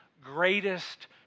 greatest